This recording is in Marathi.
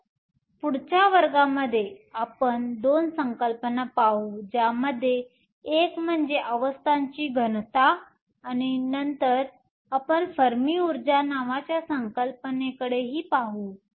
तर पुढच्या वर्गामध्ये आपण दोन संकल्पना पाहू ज्यापैकी एक म्हणजे अवस्थांची घनता आणि नंतर आपण फर्मी ऊर्जा नावाच्या संकल्पनेकडेही पाहू